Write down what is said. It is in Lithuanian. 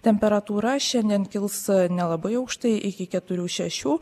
temperatūra šiandien kils nelabai aukštai iki keturių šešių